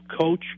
coach